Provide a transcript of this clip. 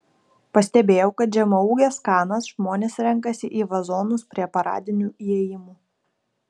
pastebėjau kad žemaūges kanas žmonės renkasi į vazonus prie paradinių įėjimų